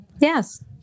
Yes